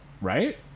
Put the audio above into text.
Right